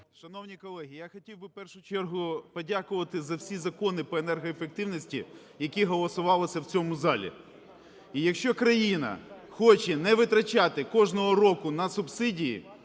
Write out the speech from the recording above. Шановні колеги! Я хотів би в першу чергу подякувати за всі закони по енергоефективності, які голосувалися в цьому залі. І якщо країна хоче не витрачати кожного року на субсидії,